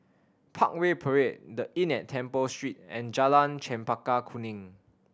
Parkway Parade The Inn at Temple Street and Jalan Chempaka Kuning